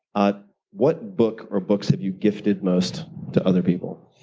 ah what book or books have you gifted most to other people,